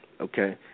okay